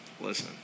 Listen